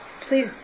please